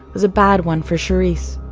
was a bad one for charisse.